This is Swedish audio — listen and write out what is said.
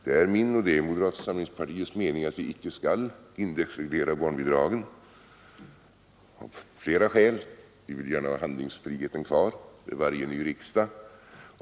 Det är min och moderata samlingspartiets mening att vi icke skall indexreglera barnbidragen — av flera skäl. Vi vill gärna ha handlingsfriheten kvar för varje ny riksdag.